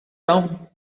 down